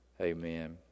Amen